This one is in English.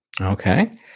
Okay